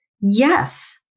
Yes